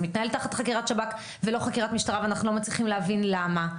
זה מתנהל תחת חקירת שב"כ ולא חקירת משטרה ואנחנו לא מצליחים להבין למה.